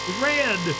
Red